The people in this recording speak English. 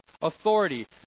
authority